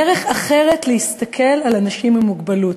על דרך אחרת להסתכל על אנשים עם מוגבלות.